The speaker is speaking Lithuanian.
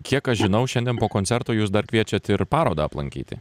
kiek aš žinau šiandien po koncerto jūs dar kviečiat ir parodą aplankyti